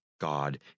God